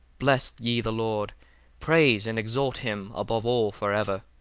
bless ye the lord praise and exalt him above all for ever.